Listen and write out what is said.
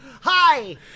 Hi